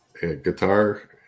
guitar